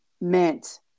meant